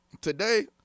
Today